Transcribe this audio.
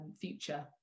future